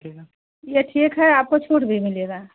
ठीक है यह ठीक है आपको छूट भी मिलेगा